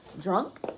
drunk